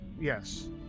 Yes